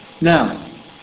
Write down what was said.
Now